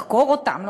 לחקור אותם,